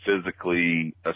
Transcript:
physically